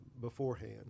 beforehand